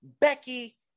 Becky